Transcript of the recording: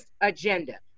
agenda